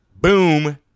boom